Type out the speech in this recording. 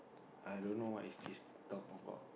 i don't know what is this talk about